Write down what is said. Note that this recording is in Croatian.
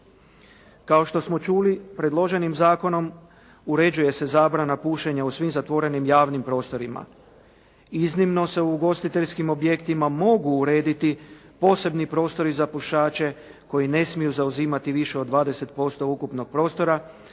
Kao što smo čuli, predloženim zakonom uređuje se zabrana pušenja u svim zatvorenim javnim prostorima. Iznimno se u ugostiteljskim objektima mogu uredi posebni prostori za pušače koji ne smiju zauzimati više od 20% ukupnog prostora,